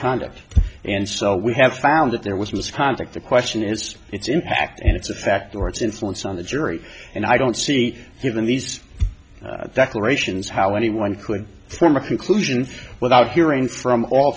conduct and so we have found that there was misconduct the question is its impact and its effect or its influence on the jury and i don't see in these declarations how anyone could form a conclusion without hearing from all